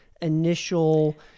initial